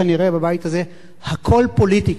כנראה בבית הזה הכול פוליטיקה,